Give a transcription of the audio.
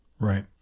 Right